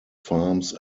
farms